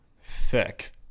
thick